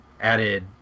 added